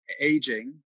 aging